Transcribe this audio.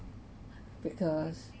because